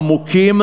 עמוקים,